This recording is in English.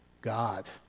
God